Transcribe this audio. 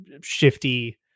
shifty